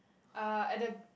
uh at the